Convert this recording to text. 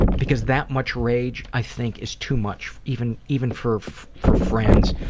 because that much rage, i think, is too much, even even for for friends,